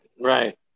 right